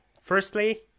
Firstly